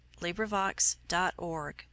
LibriVox.org